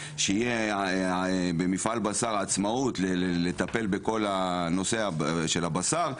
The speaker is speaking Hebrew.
שיהיה במפעל בשר עצמאות לטפל בכל הנושא של הבשר,